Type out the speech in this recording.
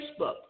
Facebook